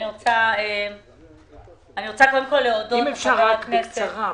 אני רוצה קודם כל להודות --- אם אפשר רק בקצרה,